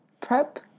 prep